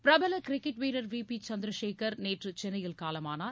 பிரபல கிரிக்கெட் வீரர் V B Chandrasekhar நேற்று சென்னையில் காலமானார்